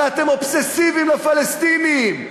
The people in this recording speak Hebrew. הרי אתם אובססיביים לפלסטינים.